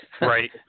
Right